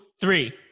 three